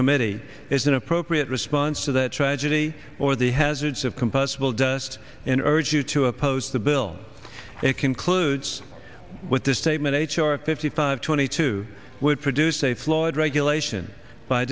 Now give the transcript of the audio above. committee is an appropriate response to that tragedy or the hazards of compatible just in urge you to oppose the bill it concludes with the statement h r fifty five twenty two would produce a flawed regulation by